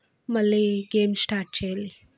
మళ్ళీ game start చేయాలి